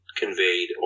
conveyed